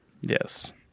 Yes